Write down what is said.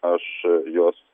aš juos